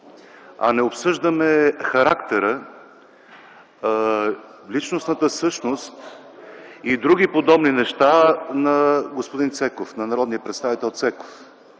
а не обсъждаме характера, личностната същност и други подобни неща на господин Цеков, на народния представител Цеков.